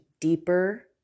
deeper